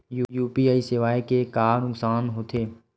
UPI सेवाएं के का नुकसान हो थे?